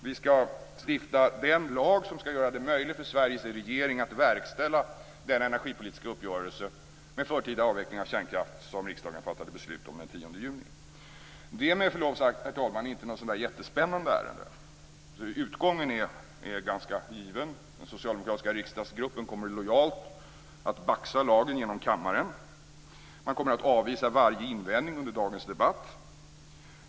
Vi skall stifta den lag som skall göra det möjligt för Sveriges regering att verkställa den energipolitiska uppgörelse med förtida avveckling av kärnkraft som riksdagen fattade beslut om den 10 juni. Det är med förlov sagt, herr talman, inte något jättespännande ärende. Utgången är ganska given. Den socialdemokratiska riksdagsgruppen kommer lojalt att baxa lagen genom kammaren. Man kommer att avvisa varje invändning under dagens debatt.